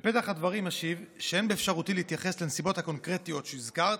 בפתח הדברים אשיב שאין באפשרותי להתייחס לנסיבות הקונקרטיות שהזכרת,